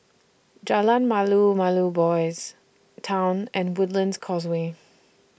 Jalan Malu Malu Boys' Town and Woodlands Causeway